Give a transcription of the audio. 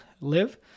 live